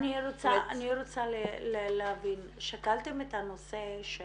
אני רוצה להבין, שקלתם את הנושא של